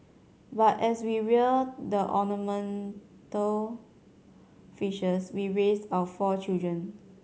but as we rear the ornamental fishes we raised our four children